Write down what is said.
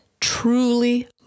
truly